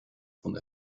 von